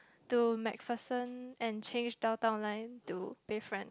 to MacPherson and change Downtown Line to Bayfront